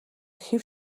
хэв